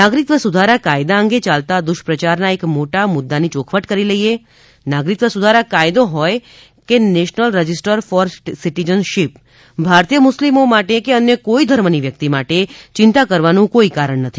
નાગરિકત્વ સુધારા કાયદા અંગે યાલતા દુષ્પ્રચારના એક મોટા મુદ્દા ની ચોખવટ કરી લઈએ નાગરિકત્વ સુધારા કાયદો હોથ કે નેશનલ રજિસ્ટર ફોર સિટિજનશીપ ભારતીય મુસ્લિમો માટે કે અન્ય કોઈ ધર્મ ની વ્યક્તિ માટે ચિંતા કરવાનું કોઈ કારણ જ નથી